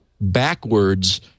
backwards